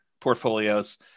portfolios